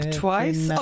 twice